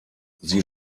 sie